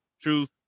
truth